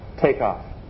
takeoff